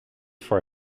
for